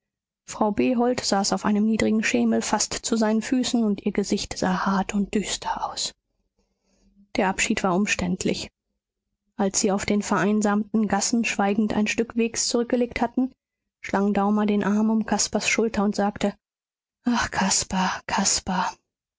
frau behold saß auf einem niedrigen schemel fast zu seinen füßen und ihr gesicht sah hart und düster aus der abschied war umständlich als sie auf den vereinsamten gassen schweigend ein stück wegs zurückgelegt hatten schlang daumer den arm um caspars schulter und sagte ach